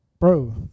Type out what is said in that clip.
Bro